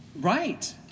Right